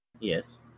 Yes